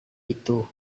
itu